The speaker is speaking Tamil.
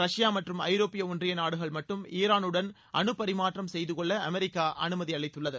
ரஷ்யா மற்றும் ஐரோப்பிய ஒன்றிய நாடுகள் மட்டும் ஈரானுடன் அணு பரிமாற்றம் செய்து கொள்ள அமெரிக்கா அனுமதி அளித்துள்ளது